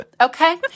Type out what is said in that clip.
Okay